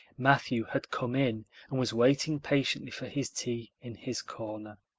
matthew had come in and was waiting patiently for his tea in his corner.